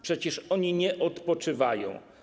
Przecież one nie odpoczywają.